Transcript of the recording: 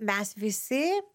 mes visi